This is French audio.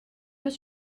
yeux